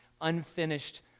unfinished